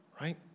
right